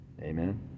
Amen